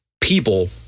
people